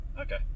Okay